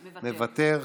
מוותר,